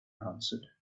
answered